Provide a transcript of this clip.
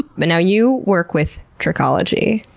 but now you work with trichology.